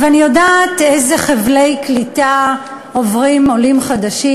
ואני יודעת איזה חבלי קליטה עוברים עולים חדשים,